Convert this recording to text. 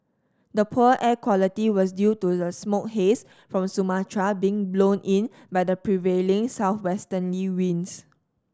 the poor air quality was due to the smoke haze from Sumatra being blown in by the prevailing southwesterly winds